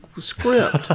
script